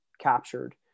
captured